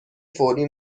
فوری